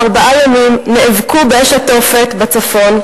ראינו 500 כבאים שבמשך ארבעה ימים נאבקו באש התופת בצפון,